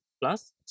plus